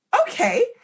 okay